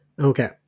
Okay